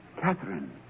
Catherine